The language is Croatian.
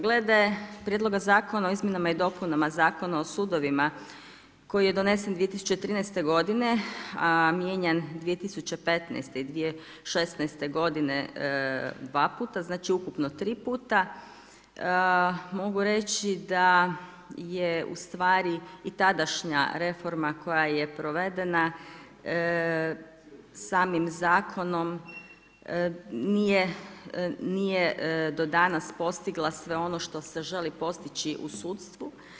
Glede Prijedloga zakona o izmjenama i dopunama zakona o sudovima koji je donesen 2013. godine, a mijenjan 2015. i 2016. godine dva puta, znači, ukupno tri puta, mogu reći da je u stvari i tadašnja reforma koja je provedena samim Zakonom nije do danas postigla sve ono što se želi postići u sudstvu.